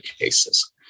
cases